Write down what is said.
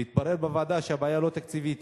והתברר בוועדה שהבעיה היא לא תקציבית,